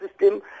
system